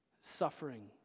suffering